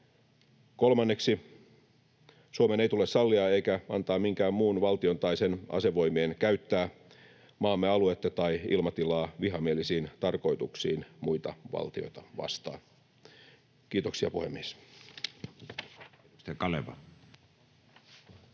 Kolmanneksi, Suomen ei tule sallia eikä antaa minkään muun valtion tai sen asevoimien käyttää maamme aluetta tai ilmatilaa vihamielisiin tarkoituksiin muita valtioita vastaan. — Kiitoksia, puhemies.